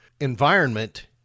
environment